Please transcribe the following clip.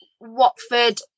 Watford